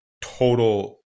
total